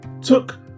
took